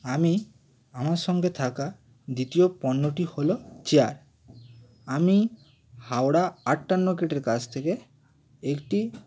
আমি আমার সঙ্গে থাকা দ্বিতীয় পণ্যটি হলো চেয়ার আমি হাওড়া আটান্ন গেটের কাছ থেকে একটি